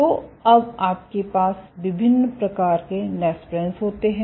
तो अब आपके पास विभिन्न प्रकार के नेस्प्रेन्स होते हैं